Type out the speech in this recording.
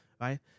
Right